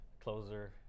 Closer